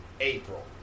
April